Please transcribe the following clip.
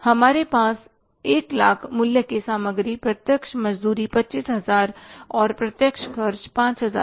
हमारे पास 100000 मूल्य की सामग्री प्रत्यक्ष मजदूरी 25000 और प्रत्यक्ष खर्च 5000 हैं